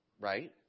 right